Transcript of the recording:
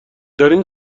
دارین